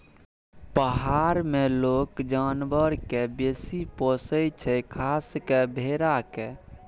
पहार मे लोक जानबर केँ बेसी पोसय छै खास कय भेड़ा केँ